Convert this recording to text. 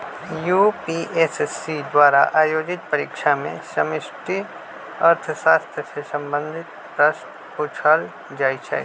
UPSC द्वारा आयोजित परीक्षा में समष्टि अर्थशास्त्र से संबंधित प्रश्न पूछल जाइ छै